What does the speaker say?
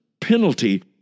penalty